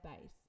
base